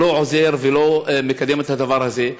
לא עוזר ולא מקדם את הדבר הזה.